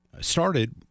started